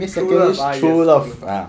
true love ah yes true love